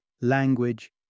language